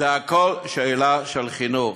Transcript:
הכול שאלה של חינוך.